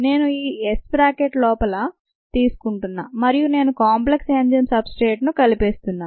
నేను ఈ S bracket లోపల తీసుకుంటున్నా మరియు నేను కాంప్లెక్స్ ఎంజైమ్ సబ్ స్ట్రేట్ను కలిపేస్తున్నా